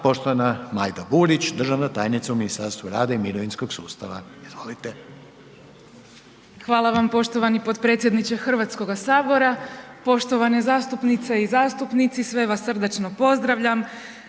Poštovana Majda Burić državna tajnica u Ministarstvu rada i mirovinskog sustava. Izvolite. **Burić, Majda (HDZ)** Hvala vam poštovani potpredsjedniče HS-a. Poštovane zastupnice i zastupnici, sve vas srdačno pozdravljam.